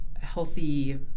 healthy